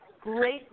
great